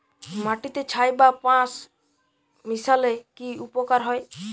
মাটিতে ছাই বা পাঁশ মিশালে কি উপকার হয়?